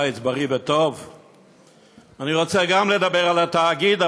אני רוצה גם לדבר על התאגיד,